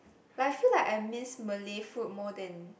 like I feel like I miss Malay food more than